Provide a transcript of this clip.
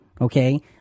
Okay